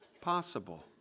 possible